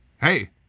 Hey